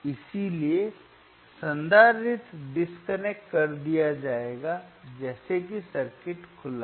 इसलिए संधारित्र डिस्कनेक्ट कर दिया जाएगा जैसे कि सर्किट खुला है